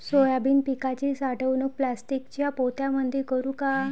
Soybean पिकाची साठवणूक प्लास्टिकच्या पोत्यामंदी करू का?